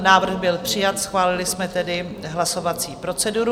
Návrh byl přijat, schválili jsme tedy hlasovací proceduru.